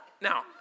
now